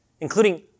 including